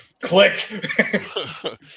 click